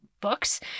books